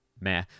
meh